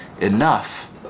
enough